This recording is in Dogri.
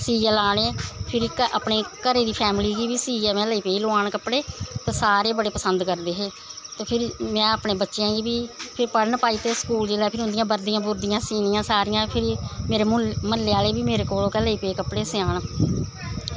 सियै लाने फिर अपने घरै दी फैमली गी बी सियै में लेई पेई लोआन कपड़े ते सारे बड़े पसंद करदे हे ते फिर में अपने बच्चेंआ गी बी फिर पढ़न पाई दित्ते स्कूल जिसलै फिर उंदियां बर्दियां बुर्दियां सीनियां फिर मेरे म्हल्ले आह्ले बी मेरे कोल गै लेई पे कपड़े सेआन